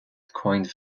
coined